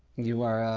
you are, ah,